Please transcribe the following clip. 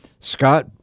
Scott